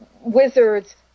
wizards